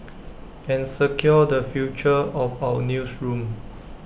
and secure the future of our newsroom